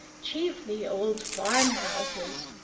chiefly old farm-houses,